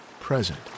Present